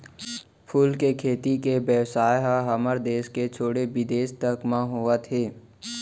फूल के खेती के बेवसाय ह हमर देस के छोड़े बिदेस तक म होवत हे